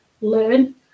learn